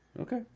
Okay